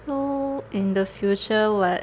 so in the future what